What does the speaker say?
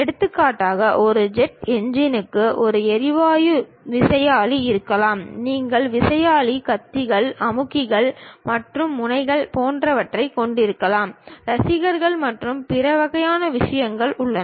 எடுத்துக்காட்டாக ஒரு ஜெட் என்ஜினுக்கு ஒரு எரிவாயு விசையாழி இருக்கலாம் நீங்கள் விசையாழி கத்திகள் அமுக்கிகள் மற்றும் முனைகள் போன்றவற்றைக் கொண்டிருக்கலாம் ரசிகர்கள் மற்றும் பிற வகையான விஷயங்கள் உள்ளன